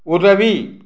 உதவி